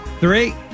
Three